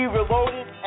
Reloaded